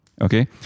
Okay